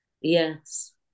Yes